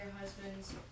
husbands